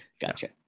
Gotcha